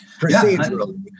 procedurally